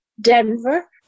Denver